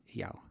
jou